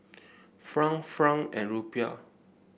franc franc and Rupiah